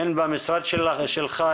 הן במשרד שלך,